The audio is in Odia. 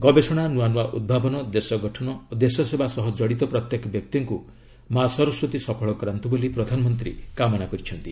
ଗବେଷଣା ନୂଆ ନୂଆ ଉଦ୍ଭାବନ ଦେଶ ଗଠନ ଓ ଦେଶସେବା ସହ ଜଡ଼ିତ ପ୍ରତ୍ୟେକ ବ୍ୟକ୍ତିଙ୍କୁ ମା' ସରସ୍ୱତୀ ସଫଳ କରାନ୍ତୁ ବୋଲି ପ୍ରଧାନମନ୍ତ୍ରୀ କାମନା କରିଛନ୍ତି